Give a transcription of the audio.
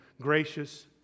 gracious